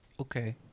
Okay